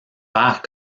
père